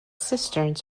cisterns